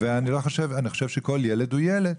אני חושב שכל ילד הוא ילד.